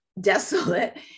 desolate